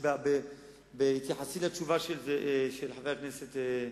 בהתייחסי לזאב בילסקי,